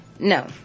No